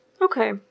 Okay